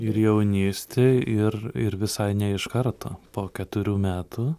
ir jaunystėj ir ir visai ne iš karto po keturių metų